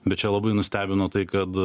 bet čia labai nustebino tai kad